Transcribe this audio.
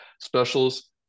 specials